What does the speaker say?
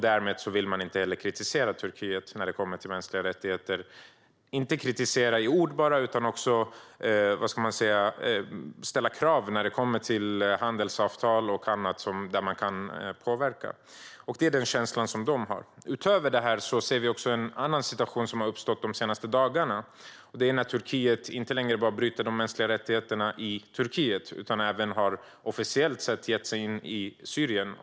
Därmed vill man heller inte kritisera Turkiet när det gäller mänskliga rättigheter. Och det gäller inte bara att man inte i ord vill kritisera, utan man ställer heller inte krav i handelsavtal och annat där man kan påverka. Denna känsla har de. Utöver detta ser vi också en annan situation som har uppstått de senaste dagarna. Det handlar om att Turkiet inte längre bara bryter mot de mänskliga rättigheterna i Turkiet utan även officiellt sett har gett sig in i Syrien.